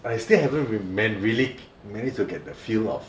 I still haven't remem~ really managed to get the feel of